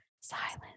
silence